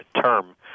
term